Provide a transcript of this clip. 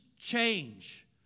change